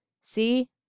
See